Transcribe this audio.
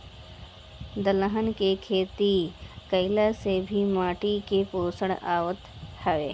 दलहन के खेती कईला से भी माटी में पोषण आवत हवे